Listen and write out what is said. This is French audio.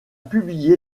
publié